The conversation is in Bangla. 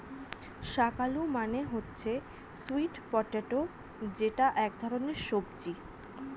শাক আলু মানে হচ্ছে স্যুইট পটেটো যেটা এক ধরনের সবজি